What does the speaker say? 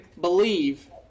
believe